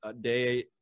day